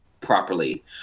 properly